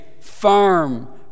firm